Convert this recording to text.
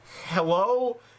Hello